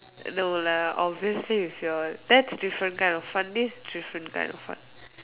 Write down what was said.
no lah obviously with your that's different kind of fun this different kind of fun